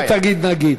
אתה לא תגיד "נגיד".